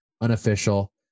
Unofficial